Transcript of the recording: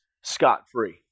scot-free